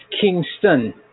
Kingston